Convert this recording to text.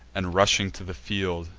and rushing to the field,